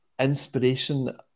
inspiration